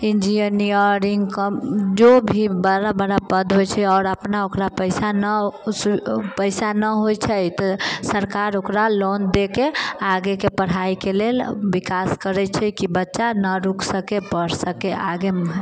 engineering जो भी बड़ा बड़ा पद होइत छै आओर अपना ओकरा पैसा नहि उस पैसा नहि होइत छै तऽ सरकार ओकरा लोन देके आगेके पढ़ाइके लेल विकास करैत छै कि बच्चा नहि रुकि सके पढ़ सके आगे मूँहे